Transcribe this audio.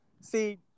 See